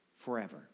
forever